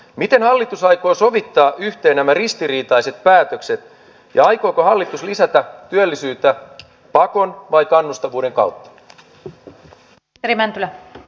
miten hallitus aikoo sovittaa yhteen nämä ristiriitaiset päätökset ja aikooko hallitus lisätä työllisyyttä pakon vai kannustavuuden kautta